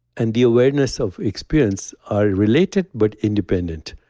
and the awareness of experience are related, but independent.